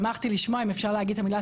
שמחתי לשמוע אם אפשר להגיד את המילה